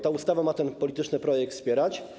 Ta ustawa ma ten polityczny projekt wspierać.